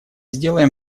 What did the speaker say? сделаем